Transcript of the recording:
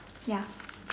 ya